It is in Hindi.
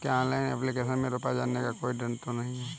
क्या ऑनलाइन एप्लीकेशन में रुपया जाने का कोई डर तो नही है?